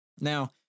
Now